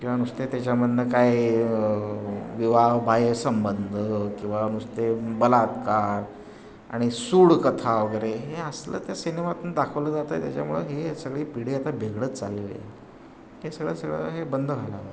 किंवा नुसते त्याच्यामधनं काय विवाहबाह्यसंबंध किंवा नुसते बलात्कार आणि सूडकथा वगैरे हे असलं त्या सिनेमातून दाखवलं जातं त्याच्यामुळं हे सगळी पिढी आता बिघडत चालली आहे हे सगळं सगळं हे बंद झालं